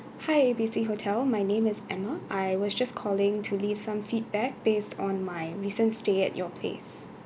hi A B C hotel my name is emma I was just calling to leave some feedback based on my recent stay at your place